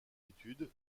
études